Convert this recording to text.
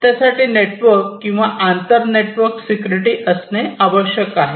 त्यासाठी नेटवर्क किंवा आंतर नेटवर्क सिक्युरिटी असणे आवश्यक आहे